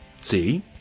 See